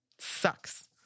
Sucks